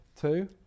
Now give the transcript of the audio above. Two